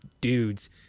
dudes